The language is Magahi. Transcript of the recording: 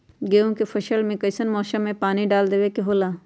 गेहूं के फसल में कइसन मौसम में पानी डालें देबे के होला?